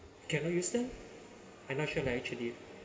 cannot use them I'm not sure lah actually